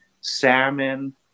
salmon